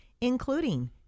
including